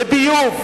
לביוב,